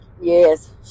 Yes